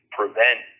prevent